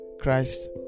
Christ